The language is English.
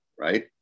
Right